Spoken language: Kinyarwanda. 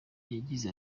yagize